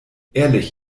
ehrlich